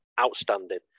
outstanding